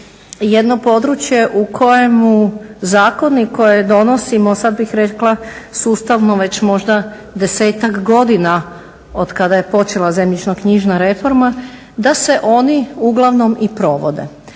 jedno područje u kojemu zakoni koje donosimo, sad bih rekla sustavno već možda desetak godina od kada je počela zemljišno-knjižna reforma, da se oni uglavnom i provode.